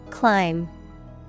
Climb